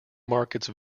markets